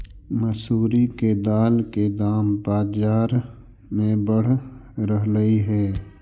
मसूरी के दाल के दाम बजार में बढ़ रहलई हे